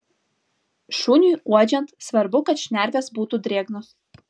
šuniui uodžiant svarbu kad šnervės būtų drėgnos